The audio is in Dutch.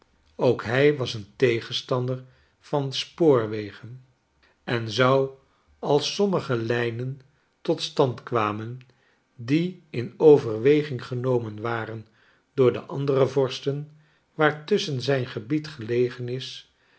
ook hij was een tegenstander van spoorwegen en zou als sommige lijnen tot stand kwamen die in overweging genomen waren door de andere vorsten waartusschen zijn gebied gelegen is